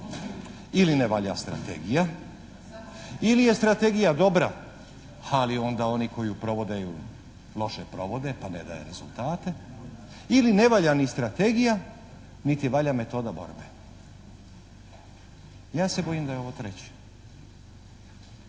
Ili ne valja strategija ili je strategija dobra ali onda oni koji ju provode ju loše provode pa ne daje rezultate ili ne valja ni strategija niti valja metoda borbe. Ja se bojim da je ovo treće.